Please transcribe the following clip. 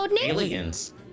aliens